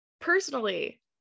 Personally